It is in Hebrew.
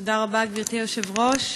תודה רבה, גברתי היושבת-ראש.